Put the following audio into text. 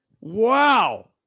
Wow